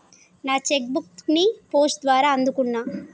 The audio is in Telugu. నా చెక్ బుక్ ని పోస్ట్ ద్వారా అందుకున్నా